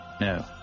No